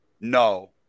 No